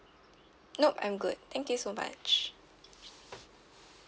nope I'm good thank you so much